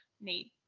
need